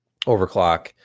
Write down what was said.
overclock